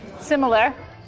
Similar